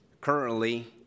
Currently